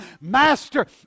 Master